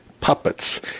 Puppets